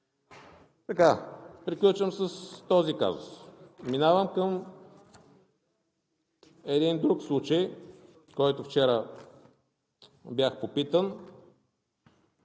случай. Приключвам с този казус. Минавам към един друг случай, за който вчера бях попитан,